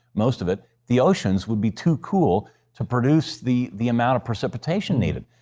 most of it the oceans would be too cool to produce the the amount of precipitation needed.